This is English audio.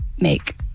make